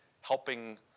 helping